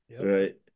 Right